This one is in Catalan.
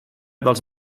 dels